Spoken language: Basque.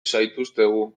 zaituztegu